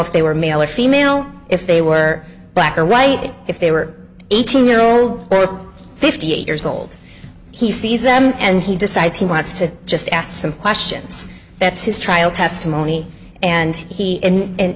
if they were male or female if they were black or white if they were eighteen year old both fifty eight years old he sees them and he decides he wants to just ask them questions that's his trial testimony and he and a